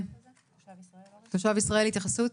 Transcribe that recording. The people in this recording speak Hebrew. "תושב ישראל" התייחסות.